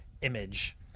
image